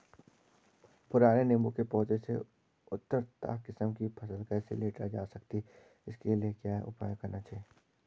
पुराने नीबूं के पौधें से उन्नत किस्म की फसल कैसे लीटर जा सकती है इसके लिए क्या उपाय करने चाहिए?